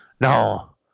no